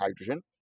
hydrogen